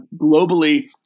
Globally